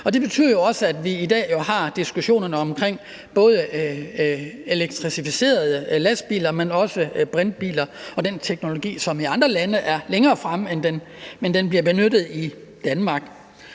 Det betyder jo også, at vi i dag har diskussionerne omkring både elektrificerede lastbiler, men også brintbiler, og den teknologi, som man i andre lande er længere fremme med, men som bliver benyttet i Danmark.